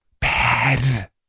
Bad